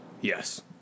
Yes